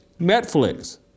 Netflix